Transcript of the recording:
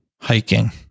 hiking